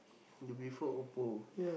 you prefer Oppo